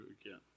again